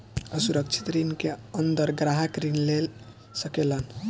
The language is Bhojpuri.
असुरक्षित ऋण के अंदर ग्राहक ऋण ले सकेलन